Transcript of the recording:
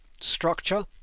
structure